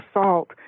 assault